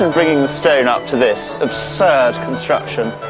and bringing the stone up to this absurd construction,